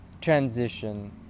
transition